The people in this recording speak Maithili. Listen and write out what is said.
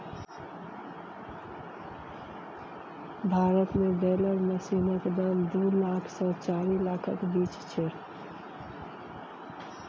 भारत मे बेलर मशीनक दाम दु लाख सँ चारि लाखक बीच छै